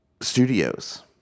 Studios